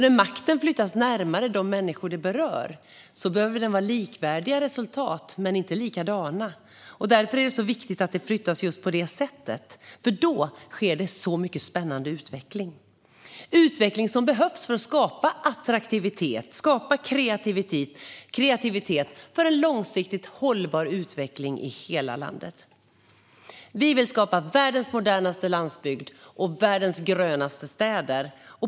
När makten flyttas närmare de människor som berörs behöver det vara likvärdiga resultat men inte likadana. Det är viktigt att makten flyttas just på det sättet, för då sker det mycket spännande utveckling. Det är utveckling som behövs för att skapa attraktivitet och kreativitet för en långsiktigt hållbar utveckling i hela landet. Vi vill skapa världens modernaste landsbygd och världens grönaste städer.